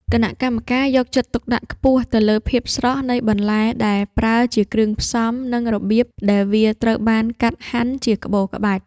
គណៈកម្មការយកចិត្តទុកដាក់ខ្ពស់ទៅលើភាពស្រស់នៃបន្លែដែលប្រើជាគ្រឿងផ្សំ និងរបៀបដែលវាត្រូវបានកាត់ហាន់ជាក្បូរក្បាច់។